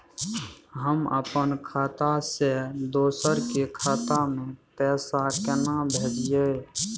हम अपन खाता से दोसर के खाता में पैसा केना भेजिए?